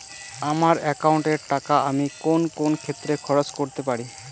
আমার একাউন্ট এর টাকা আমি কোন কোন ক্ষেত্রে খরচ করতে পারি?